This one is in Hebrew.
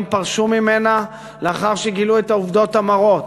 פרשו ממנה לאחר שגילו את העובדות המרות: